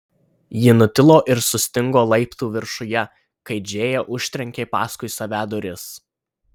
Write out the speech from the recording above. ji nutilo ir sustingo laiptų viršuje kai džėja užtrenkė paskui save duris